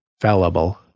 fallible